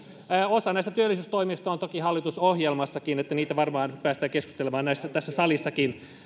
osa näistä työllisyystoimista on toki hallitusohjelmassakin että niistä varmaan päästään keskustelemaan tässä salissakin